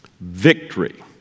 Victory